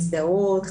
הזדהות,